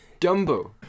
Dumbo